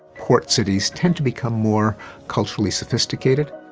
port cities tend to become more culturally sophisticated.